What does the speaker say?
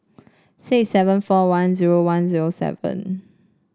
six seven four one zero one zero seven